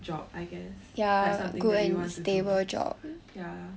job I guess like something that we want to do ya